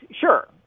sure